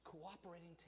cooperating